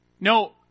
No